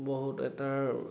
বহুত এটাৰ